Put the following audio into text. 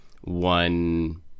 one